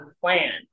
plan